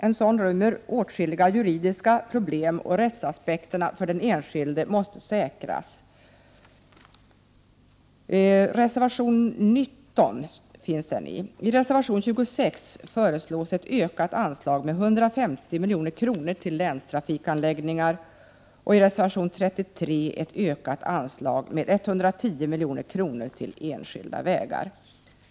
En sådan rymmer åtskilliga juridiska problem, och rättssäkerhetsaspekterna för den enskilde måste säkras. Detta skriver vi i reservation 19. I reservation 26 föreslås ett ökat anslag om 150 milj.kr. till länstrafikanläggningar, och i reservation 33 föreslås ett ökat anslag om 110 57 milj.kr. till enskilda vägar.